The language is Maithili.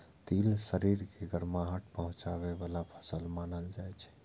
तिल शरीर के गरमाहट पहुंचाबै बला फसल मानल जाइ छै